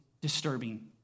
disturbing